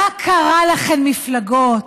מה קרה לכן, מפלגות